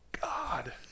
god